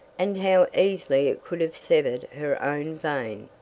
and how easily it could have severed her own vein,